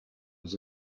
was